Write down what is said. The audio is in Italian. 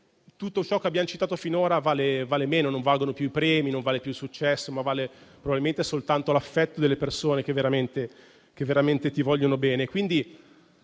tutto ciò che abbiamo citato finora vale meno: non valgono più i premi, non vale più il successo, ma vale probabilmente soltanto l'affetto delle persone che veramente ti vogliono bene.